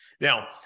Now